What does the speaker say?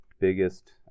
biggest